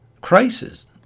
crisis